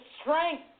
strength